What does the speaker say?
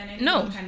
No